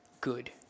good